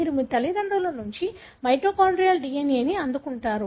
మీరు మీ తల్లిదండ్రుల నుండి మైటోకాన్డ్రియల్ DNA ని అందుకుంటారు